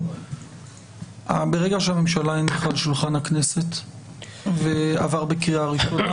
ברגע שהממשלה הניחה על שולחן הכנסת וזה עבר בקריאה ראשונה,